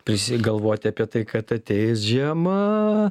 prisigalvoti apie tai kad ateis žiema